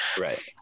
right